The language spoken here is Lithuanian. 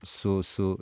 su su